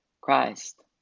Christ